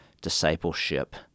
discipleship